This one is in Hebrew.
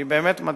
היא באמת מדהימה.